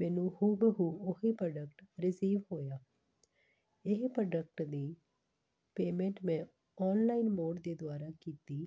ਮੈਨੂੰ ਹੂ ਬ ਹੂ ਉਹ ਹੀ ਪ੍ਰੋਡੈਕਟ ਰਿਸੀਵ ਹੋਇਆ ਇਹ ਪ੍ਰੋਡੈਕਟ ਦੀ ਪੇਮੈਂਟ ਮੈਂ ਔਨਲਾਈਨ ਮੋਡ ਦੇ ਦੁਆਰਾ ਕੀਤੀ